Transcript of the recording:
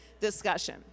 discussion